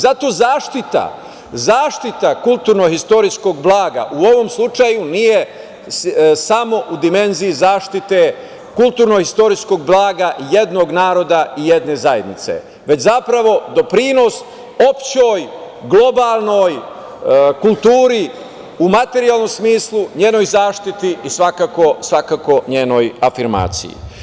Zato zaštita kulturno-istorijskog blaga u ovom slučaju nije samo u dimenziji zaštite kulturno-istorijskog blaga jednog naroda i jedne zajednice, već zapravo doprinos opštoj, globalnoj kulturi u materijalnom smislu, njenoj zaštiti i svakako njenoj afirmaciji.